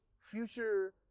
future